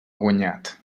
guanyat